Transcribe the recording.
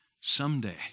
someday